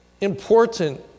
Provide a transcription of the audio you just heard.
important